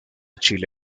chile